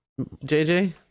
JJ